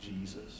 Jesus